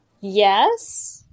Yes